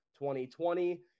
2020